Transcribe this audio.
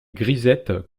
grisettes